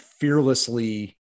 fearlessly